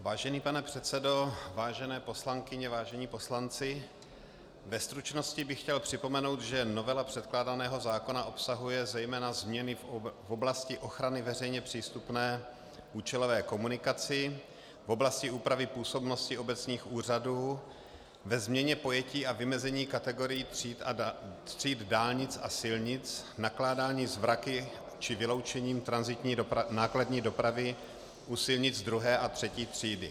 Vážený pane předsedo, vážené poslankyně, vážení poslanci, ve stručnosti bych chtěl připomenout, že novela předkládaného zákona obsahuje zejména změny v oblasti ochrany veřejně přístupné účelové komunikace, v oblasti úpravy působnosti obecních úřadů, ve změně pojetí a vymezení kategorií tříd dálnic a silnic, nakládání s vraky či vyloučením tranzitní nákladní dopravy u silnic 2. a 3. třídy.